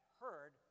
heard